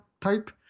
type